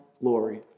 glory